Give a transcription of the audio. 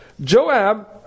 Joab